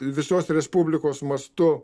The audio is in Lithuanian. visos respublikos mastu